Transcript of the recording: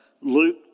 Luke